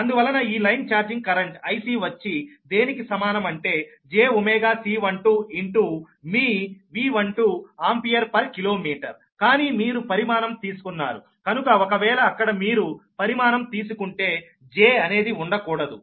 అందువలన ఈ line charging current IC వచ్చి దేనికి సమానం అంటే jωC12your V12ఆంపియర్ పర్ కిలోమీటర్కానీ మీరు పరిమాణం తీసుకున్నారు కనుక ఒకవేళ అక్కడ మీరు పరిమాణం తీసుకుంటే j అనేది ఉండకూడదు